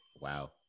Wow